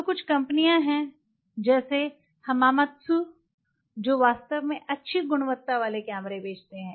तो कुछ कंपनियां हैं जैसे हमामत्सु जो वास्तव में अच्छी गुणवत्ता वाले कैमरे बेचते हैं